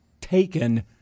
taken –